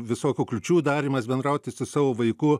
visokių kliūčių darymas bendrauti su savo vaiku